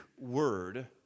word